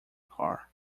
car